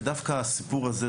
ודווקא הסיפור הזה,